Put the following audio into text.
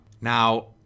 Now